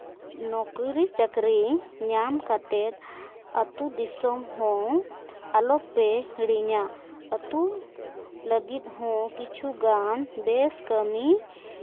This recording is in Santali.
ᱱᱩᱠᱨᱤ ᱪᱟᱹᱠᱨᱤ ᱧᱟᱢ ᱠᱟᱛᱮᱫ ᱟᱛᱳ ᱫᱤᱥᱚᱢ ᱦᱚᱸ ᱟᱞᱚᱯᱮ ᱦᱤᱲᱤᱧᱟ ᱟᱛᱳ ᱞᱟᱹᱜᱤᱫ ᱦᱚᱸ ᱠᱤᱪᱷᱩᱜᱟᱱ ᱵᱮᱥ ᱠᱟᱹᱢᱤ